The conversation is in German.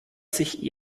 sich